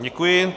Děkuji.